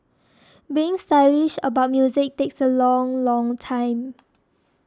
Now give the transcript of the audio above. being stylish about music takes a long long time